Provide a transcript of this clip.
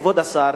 כבוד השר,